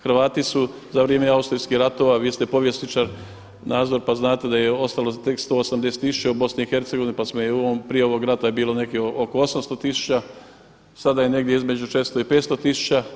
Hrvati su za vrijeme austrijskih ratova vi ste povjesničar Nazor pa znate da je ostalo tek 180 tisuća u BiH pa prije ovog rata je bilo negdje oko 800 tisuća, sada je negdje između 400 i 500 tisuća.